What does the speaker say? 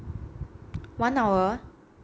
one hour